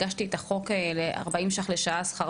הגשתי את החוק ל-40 ש״ח לשעה שכר